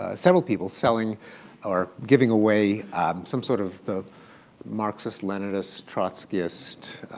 ah several people selling or giving away some sort of the marxist, leninist, trotskyist,